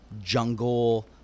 jungle